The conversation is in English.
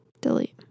Delete